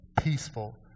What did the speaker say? peaceful